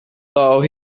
though